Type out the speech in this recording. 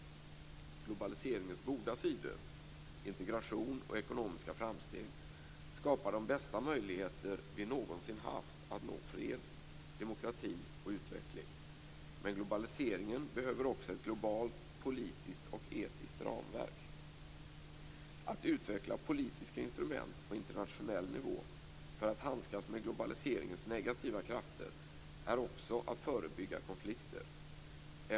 Globaliseringens goda sidor - integration och ekonomiska framsteg - skapar de bästa möjligheter vi någonsin haft att nå fred, demokrati och utveckling. Men globaliseringen behöver också ett globalt politiskt och etiskt ramverk. Att utveckla politiska instrument på internationell nivå för att handskas med globaliseringens negativa krafter är också att förebygga konflikter.